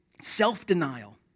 self-denial